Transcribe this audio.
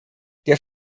der